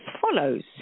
follows